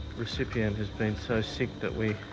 recipient has been so sick that we